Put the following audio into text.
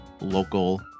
local